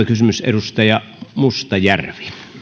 kysymys edustaja mustajärvi